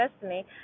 destiny